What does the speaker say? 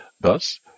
Thus